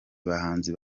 bahanzi